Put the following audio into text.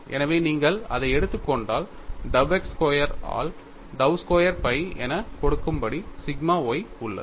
எனவே நீங்கள் அதை எடுத்துக் கொண்டால் dou x ஸ்கொயர் ஆல் dou ஸ்கொயர் phi என கொடுக்கப்பட்டபடி சிக்மா y உள்ளது